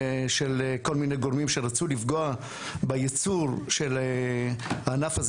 של כל מיני גורמים שרצו לפגוע בייצור של הענף הזה